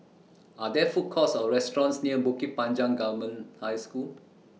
Are There Food Courts Or restaurants near Bukit Panjang Government High School